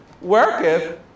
worketh